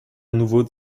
nouveau